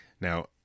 Now